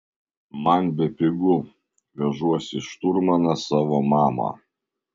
man bepigu vežuosi šturmaną savo mamą